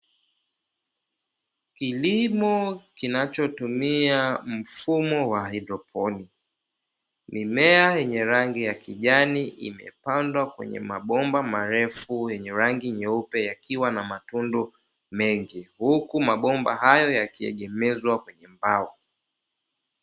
Kilimo kinachotumia mfumo wa haidroponi, mimea yenye rangi ya kijani imepandwa kwenye mabomba marefu yenye rangi nyeupe, yakiwa na matundu mengi huku mabomba hayo yakiegemezwa kwenye mbao.